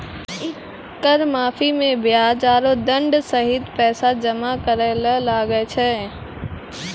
कर माफी मे बियाज आरो दंड सहित पैसा जमा करे ले लागै छै